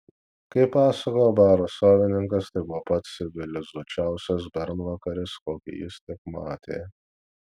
kaip pasakojo baro savininkas tai buvo pats civilizuočiausias bernvakaris kokį jis tik matė